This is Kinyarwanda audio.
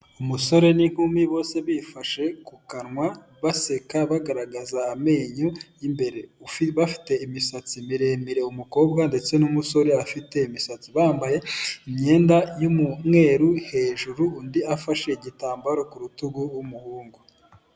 Umusore n'inkumi bose bifashe ku kanwa baseka, bagaragaza amenyo y'imbere, bafite imisatsi miremire uwo umukobwa ndetse n'umusore afite imisatsi, bambaye imyenda y'umweru hejuru, undi afashe igitambaro ku rutugu w'umuhungu.